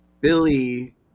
Billy